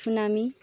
tsunami